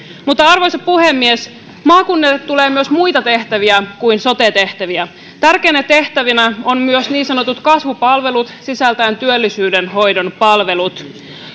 kasvaa arvoisa puhemies maakunnille tulee myös muita tehtäviä kuin sote tehtäviä tärkeinä tehtävinä ovat myös niin sanotut kasvupalvelut sisältäen työllisyydenhoidon palvelut